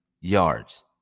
yards